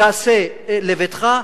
תעשה לביתך?